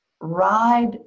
ride